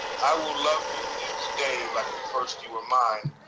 i will love you each day, like the first you were mine,